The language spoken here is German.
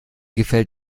gefällt